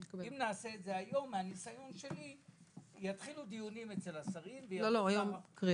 כי אם נעשה את זה היום יתחילו דיונים אצל השרים --- אתה צודק.